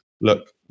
look